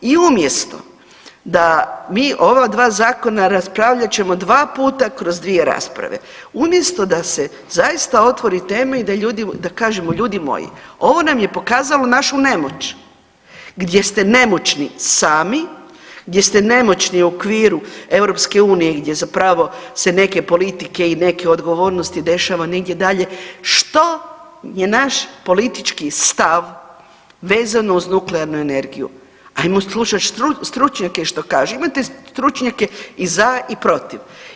I umjesto da mi ova 2 zakona raspravljat ćemo 2 puta kroz 2 rasprave umjesto da se zaista otvori tema i da ljudi, da kažemo ljudi moji ovo nam je pokazalo našu nemoć, gdje ste nemoćni sami, gdje ste nemoćni u okviru EU gdje zapravo se neke politike i neke odgovornosti dešava negdje dalje, što je naš politički stav vezano uz nuklearnu energiju, ajmo slušat stručnjake što kažu, imate stručnjake i za i protiv.